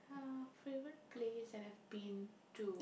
uh favourite place that I've been to